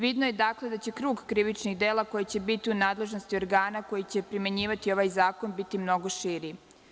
Vidno je dakle da će krug krivičnog dela koji će biti u nadležnosti organa koji će primenjivati ovaj zakon biti mnogo širi.